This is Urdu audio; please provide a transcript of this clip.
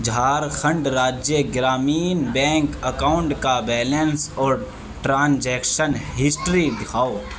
جھارکھنڈ راجیہ گرامین بینک اکاؤنٹ کا بیلنس اور ٹرانجیکشن ہسٹری دکھاؤ